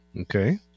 Okay